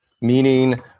Meaning